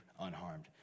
unharmed